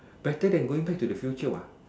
better than going back to the future what